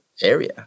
area